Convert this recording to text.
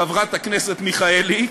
חברת הכנסת מיכאלי,